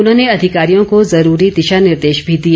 उन्होंने अधिकारियों को ज़रूरी दिशा निर्देश भी दिए